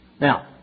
Now